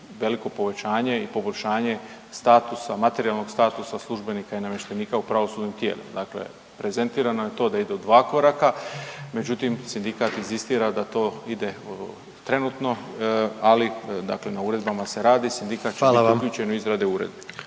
veliko povećanje i poboljšanje statusa, materijalnog statusa službenika i namještenika u pravosudnim tijelima. Dakle prezentirano je to da ide u 2 koraka, međutim, sindikat inzistira da to ide trenutno, ali, dakle na uredbama se radi, sindikat … .../Upadica: Hvala